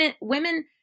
Women